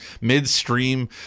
midstream